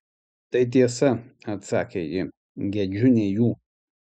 tai tiesa atsakė ji gedžiu ne jų